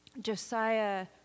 Josiah